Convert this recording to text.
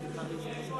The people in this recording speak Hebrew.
שחשבו